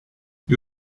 you